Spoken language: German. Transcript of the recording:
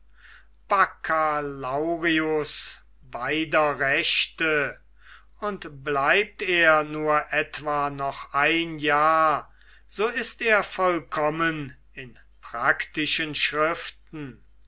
beider rechte und bleibt er nur etwa noch ein jahr so ist er vollkommen in praktischen schriften